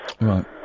Right